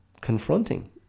confronting